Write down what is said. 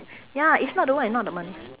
ya it's not the work and not the money